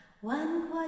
One